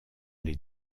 les